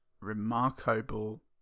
remarkable